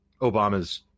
Obama's